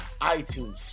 iTunes